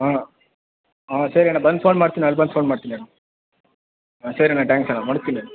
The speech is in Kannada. ಹಾಂ ಹಾಂ ಸರಿ ಅಣ್ಣ ಬಂದು ಫೋನ್ ಮಾಡ್ತೀನಿ ಅಲ್ಲಿ ಬಂದು ಫೋನ್ ಮಾಡ್ತೀನಿ ಅಣ್ಣ ಸರಿ ಅಣ್ಣ ತ್ಯಾಂಕ್ಸ್ ಅಣ್ಣ ಮಡಗ್ತೀನಿ